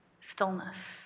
stillness